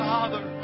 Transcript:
Father